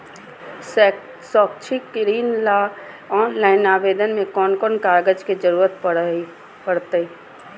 शैक्षिक ऋण ला ऑनलाइन आवेदन में कौन कौन कागज के ज़रूरत पड़तई?